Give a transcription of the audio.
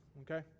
okay